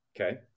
Okay